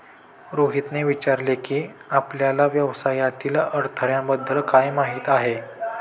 रोहितने विचारले की, आपल्याला व्यवसायातील अडथळ्यांबद्दल काय माहित आहे?